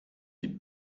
die